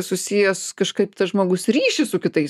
susijęs kažkaip tas žmogus ryšį su kitais